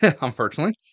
unfortunately